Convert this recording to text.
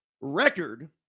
record